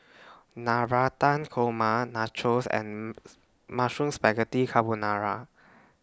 Navratan Korma Nachos and Mushroom Spaghetti Carbonara